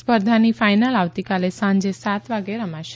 સ્પર્ધાની ફાઈનલ આવતીકાલે સાંજે સાત વાગે રમાશે